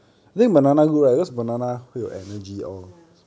mm ya